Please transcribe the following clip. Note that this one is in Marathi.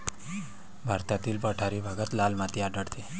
भारतातील पठारी भागात लाल माती आढळते